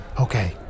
Okay